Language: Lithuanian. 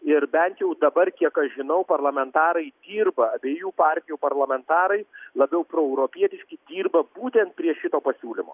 ir bent jau dabar kiek aš žinau parlamentarai dirba abiejų partijų parlamentarai labiau proeuropietiški dirba būtent prie šito pasiūlymo